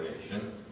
nation